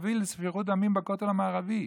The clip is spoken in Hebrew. תביא לשפיכות דמים בכותל המערבי.